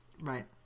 right